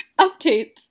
updates